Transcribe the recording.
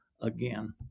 Again